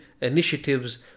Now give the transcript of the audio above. initiatives